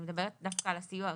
אני מדברת דווקא על הסיוע הראשוני,